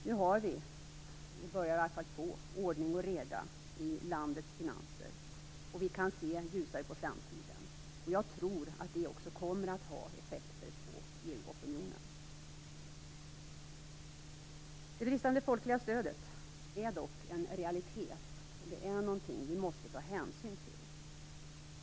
Nu har vi, eller börjar i varje fall att få, ordning och reda i landets finanser och vi kan se ljusare på framtiden. Jag tror att det kommer att ha effekter på Det bristande folkliga stödet är dock en realitet, och någonting som vi måste ta hänsyn till.